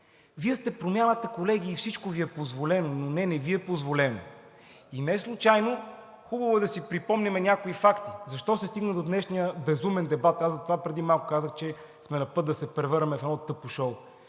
Вие сте Промяната, колеги, и всичко Ви е позволено, но не, не Ви е позволено! И неслучайно хубаво е да си припомним някои факти – защо се стигна до днешния безумен дебат? Аз затова преди малко казах, че сме на път да се превърнем в едно тъпо шоу.